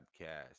Podcast